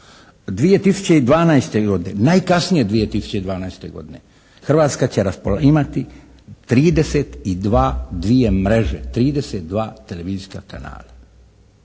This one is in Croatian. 2012. godine, najkasnije 2012. godine Hrvatska će imati trideset i dva, dvije mreže,